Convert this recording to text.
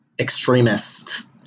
extremist